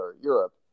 Europe